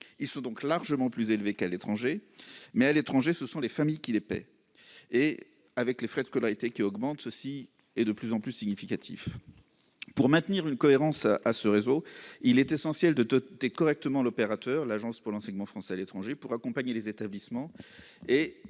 Ils sont largement plus élevés qu'à l'étranger. Mais, à l'étranger, ce sont les familles qui les paient ! Et avec leur augmentation, le poids des frais de scolarité est de plus en plus significatif. Afin de maintenir une cohérence à ce réseau, il est essentiel de doter correctement l'opérateur qu'est l'Agence pour l'enseignement français à l'étranger (AEFE) pour accompagner les établissements.